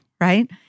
right